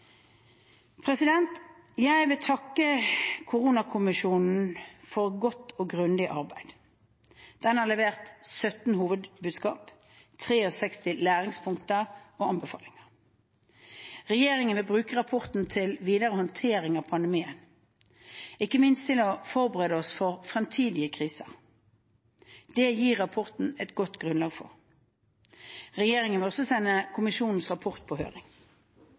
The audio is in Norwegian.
Jeg vil takke koronakommisjonen for godt og grundig arbeid. Den har levert 17 hovedbudskap og 63 læringspunkter og anbefalinger. Regjeringen vil bruke rapporten til videre håndtering av pandemien og ikke minst til å forberede oss på fremtidige kriser. Det gir rapporten et godt grunnlag for. Regjeringen vil også sende kommisjonens rapport på høring.